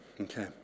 Okay